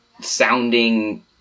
sounding